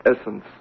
essence